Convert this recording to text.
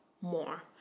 more